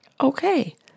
Okay